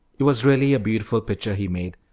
it was really a beautiful picture he made,